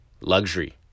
Luxury